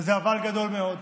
וזה אבל גדול מאוד,